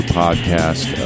podcast